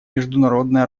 международная